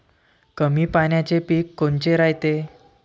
कमी पाण्याचे पीक कोनचे रायते?